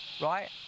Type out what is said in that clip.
right